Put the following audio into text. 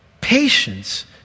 patience